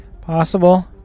Possible